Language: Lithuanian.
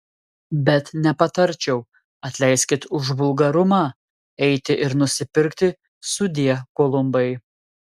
bet nepatarčiau atleiskit už vulgarumą eiti ir nusipirkti sudie kolumbai